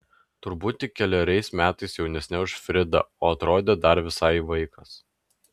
turbūt tik keleriais metais jaunesnė už fridą o atrodė dar visai vaikas